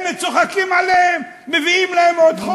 הם צוחקים עליהם, מביאים להם עוד חוק.